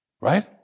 Right